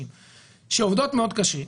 שעובדות מאוד קשה,